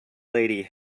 lady